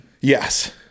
Yes